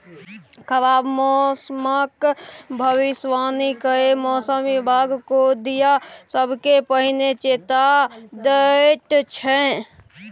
खराब मौसमक भबिसबाणी कए मौसम बिभाग गोढ़िया सबकेँ पहिने चेता दैत छै